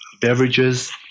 beverages